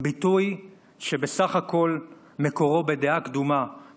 ביטוי שבסך הכול מקורו בדעה קדומה,